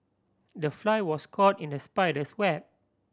the fly was caught in the spider's web